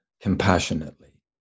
compassionately